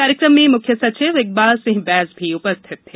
कार्यकम में मुख्य सचिव इकबाल सिंह बैस भी उपस्थित थे